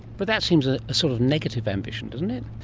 but that seems a sort of negative ambition, doesn't it?